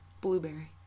Blueberry